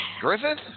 Griffith